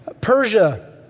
Persia